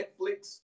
Netflix